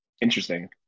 interesting